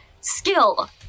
skill